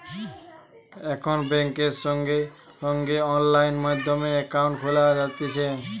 এখন বেংকে সঙ্গে সঙ্গে অনলাইন মাধ্যমে একাউন্ট খোলা যাতিছে